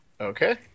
Okay